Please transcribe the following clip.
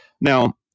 Now